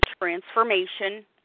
transformation